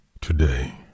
today